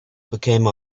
became